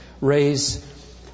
raise